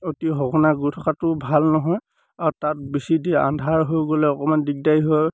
অতি সঘনাই গৈ থকাটো ভাল নহয় আৰু তাত বেছি দেৰি আন্ধাৰ হৈ গ'লে অকণমান দিগদাৰি হয়